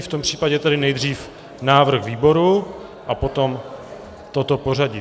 V tom případě tedy nejdříve návrh výboru a potom toto pořadí.